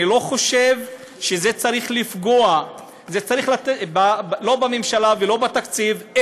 אני לא חושב שזה צריך לפגוע לא בממשלה ולא בתקציב,